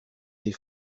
des